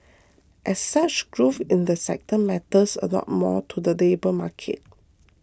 as such growth in the sector matters a lot more to the labour market